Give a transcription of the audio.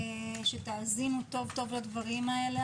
נבקש שתאזינו טוב-טוב לדברים האלה.